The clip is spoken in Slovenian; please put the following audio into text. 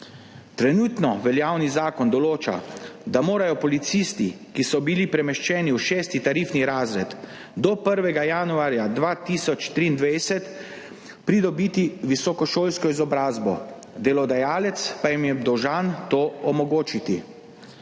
Trenutno veljavni zakon določa, da morajo policisti, ki so bili premeščeni v VI. tarifni razred, do 1. januarja 2023 pridobiti visokošolsko izobrazbo, delodajalec pa jim je dolžan to omogočiti.